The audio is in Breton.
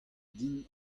din